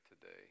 today